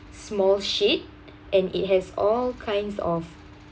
small sheet and it has all kinds of